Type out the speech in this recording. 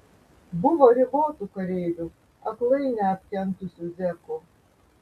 buvo ribotų kareivų aklai neapkentusių zekų